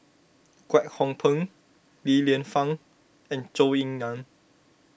Kwek Hong Png Li Lienfung and Zhou Ying Nan